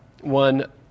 One